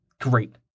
Great